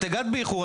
הגעת באיחור,